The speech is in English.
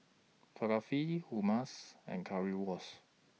Falafel Hummus and Currywurst